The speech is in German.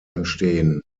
entstehen